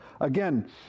Again